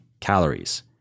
calories